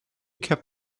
kept